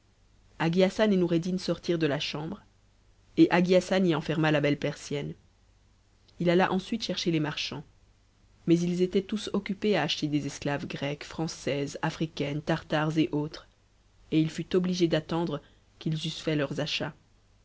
hagi hassan et noureddin sortirent de la chambre et hagi hassan y enferma la belle persienne il alla ensuite chercher les marchands mais ils étaient tous occupés à acheter des esclaves grecques françaises africaines tartares et autres et il fut obligé d'attendre qu'ils eussent fait leurs achats